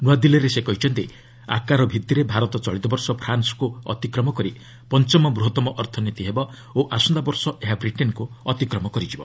ନ୍ତଆଦିଲ୍ଲୀରେ ସେ କହିଛନ୍ତି ଆକାର ଭିତ୍ତିରେ ଭାରତ ଚଳିତ ବର୍ଷ ଫ୍ରାନ୍ସକୁ ଅତିକ୍ରମ କରି ପଞ୍ଚମ ବୃହତ୍ତମ ଅର୍ଥନୀତି ହେବ ଓ ଆସନ୍ତାବର୍ଷ ଏହା ବ୍ରିଟେନ୍କୁ ଅତିକ୍ରମ କରିଯିବ